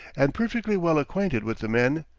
and perfectly well acquainted with the men,